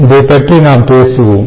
இதைப்பற்றி நாம் பேசுவோம்